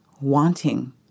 wanting